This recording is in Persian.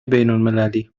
بینالمللی